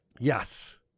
Yes